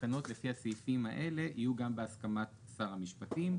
התקנות לפי הסעיפים האלה יהיו גם בהסכמת שר המשפטים.